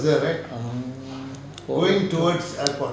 um